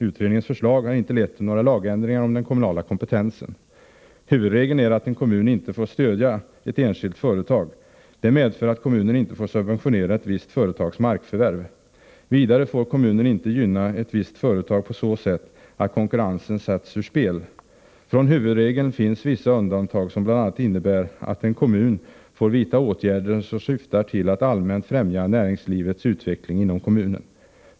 Utredningens förslag har inte lett till några lagändringar beträffande den kommunala kompetensen. Huvudregeln är att en kommun inte får stödja ett enskilt företag. Det medför att kommunen inte får subventionera ett visst företags markförvärv. Vidare får kommunen inte gynna ett visst företag på så sätt att konkurrensen sätts ur spel. Från huvudregeln finns vissa undantag, som bl.a. innebär att en kommun får vidta åtgärder som syftar till att allmänt främja näringslivets utveckling inom kommunen.